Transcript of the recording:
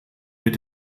mit